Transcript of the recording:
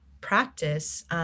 practice